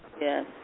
Yes